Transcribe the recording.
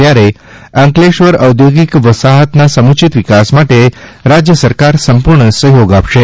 ત્યારે અંકલેશ્વર ઔદ્યોગિક વસાહતના સમુચિત વિકાસ માટે રાજ્ય સરકાર સંપૂર્ણ સહયોગ આપશે